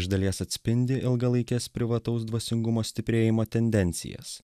iš dalies atspindi ilgalaikes privataus dvasingumo stiprėjimo tendencijas